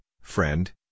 friend